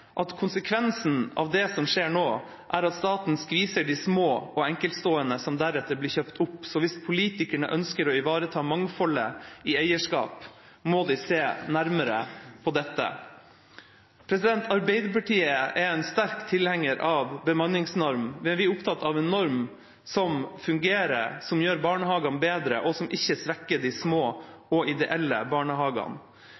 at «konsekvensen av det som skjer nå, er at staten skviser de små og enkeltstående, som deretter blir kjøpt opp. Så hvis politikerne ønsker å ivareta mangfoldet i eierskap, må de se nærmere på dette». Arbeiderpartiet er sterkt tilhenger av bemanningsnorm, men vi er opptatt av en norm som fungerer, som gjør barnehagene bedre, og som ikke svekker de